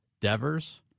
Devers